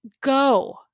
Go